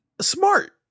smart